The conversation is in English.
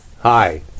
Hi